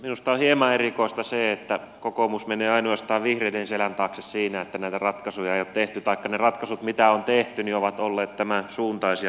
minusta on hieman erikoista se että kokoomus menee ainoastaan vihreiden selän taakse siinä että näitä ratkaisuja ei ole tehty taikka ne ratkaisut mitä on tehty ovat olleet tämän suuntaisia kuin ovat